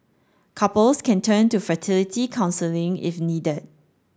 couples can turn to fertility counselling if needed